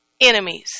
enemies